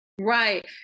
Right